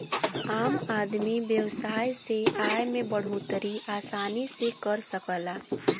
आम आदमी व्यवसाय से आय में बढ़ोतरी आसानी से कर सकला